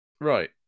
Right